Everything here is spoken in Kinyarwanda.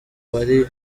wari